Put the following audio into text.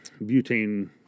butane